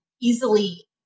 easily